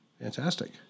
Fantastic